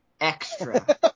Extra